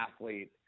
athlete